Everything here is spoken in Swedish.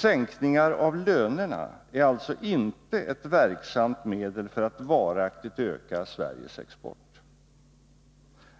Sänkningar av lönerna är alltså inte ett verksamt medel för att varaktigt öka Sveriges export.